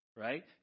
right